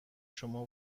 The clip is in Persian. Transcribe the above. شما